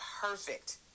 perfect